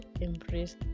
embrace